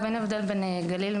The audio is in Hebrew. אין הבדל בין הגליל,